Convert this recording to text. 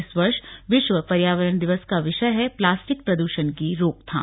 इस वर्ष विश्व पर्यावरण दिवस का विषय है प्लास्टिक प्रद्षण की रोकथाम